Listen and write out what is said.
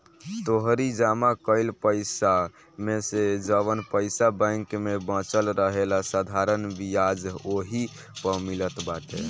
तोहरी जमा कईल पईसा मेसे जवन पईसा बैंक में बचल रहेला साधारण बियाज ओही पअ मिलत बाटे